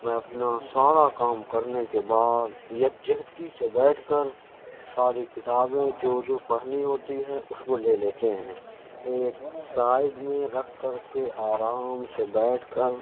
میں اپنا سارا کام کرنے کے بعد یکجہتی سے بیٹھ کر ساری کتابیں جو جو پڑھنی ہوتی ہے اس کو لے لیتے ہیں ایک سائڈ میں رکھ کر کے آرام سے بیٹھ کر